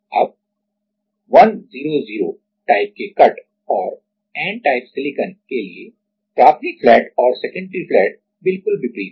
अब 100 टाइप के कट और n टाइप सिलिकॉन के लिए प्राथमिक फ्लैट और सेकेंडरी फ्लैट बिल्कुल विपरीत हैं